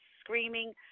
screaming